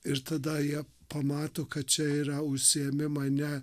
ir tada jie pamato kad čia yra užsiėmimai ne